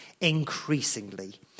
increasingly